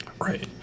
Right